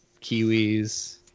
Kiwis